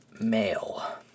male